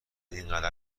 اینقدر